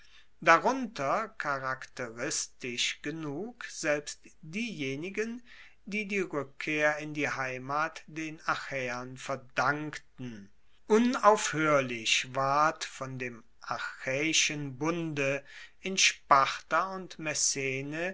darunter charakteristisch genug selbst diejenigen die die rueckkehr in die heimat den achaeern verdankten unaufhoerlich ward von dem achaeischen bunde in sparta und messene